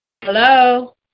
Hello